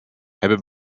hebben